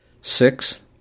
Six